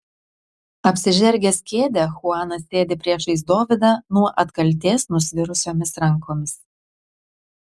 apsižergęs kėdę chuanas sėdi priešais dovydą nuo atkaltės nusvirusiomis rankomis